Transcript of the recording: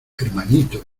hermanito